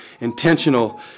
intentional